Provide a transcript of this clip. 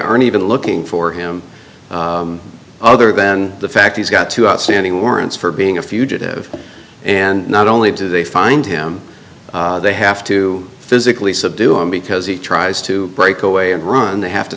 aren't even looking for him other than the fact he's got two outstanding warrants for being a fugitive and not only do they find him they have to physically subdue him because he tries to break away and run they have to